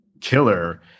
killer